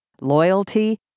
loyalty